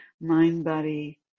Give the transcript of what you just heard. Mind-Body